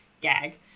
Gag